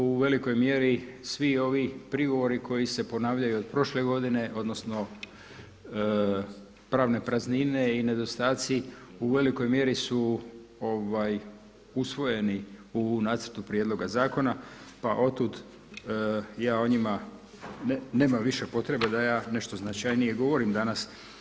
U velikoj mjeri svi ovi prigovori koji se ponavljaju od prošle godine odnosno pravne praznine i nedostaci u velikoj mjeri su usvojeni u nacrtu prijedloga zakona pa otud ja o njima potrebe da ja nešto značajnije govorim danas.